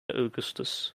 augustus